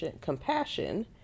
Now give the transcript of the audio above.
compassion